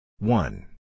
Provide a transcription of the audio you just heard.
One